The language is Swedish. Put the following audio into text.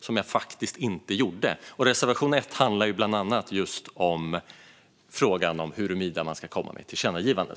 som jag faktiskt inte gjorde i mitt anförande. Reservation 1 handlar bland annat om frågan om huruvida riksdagen ska rikta ett tillkännagivande.